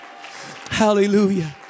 Hallelujah